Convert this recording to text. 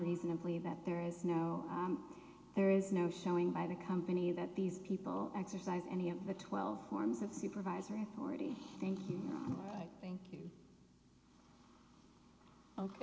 reasonably that there is no there is no showing by the company that these people exercise any of the twelve forms of supervisory authority thank you thank you ok